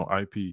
IP